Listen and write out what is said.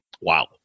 Wow